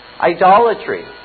Idolatry